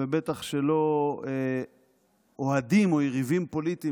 ובטח שלא אוהדים או יריבים פוליטיים